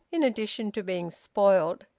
in addition to being spoiled,